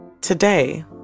Today